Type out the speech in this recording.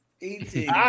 eating